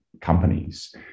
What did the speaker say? companies